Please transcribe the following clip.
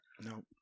No